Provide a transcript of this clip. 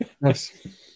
nice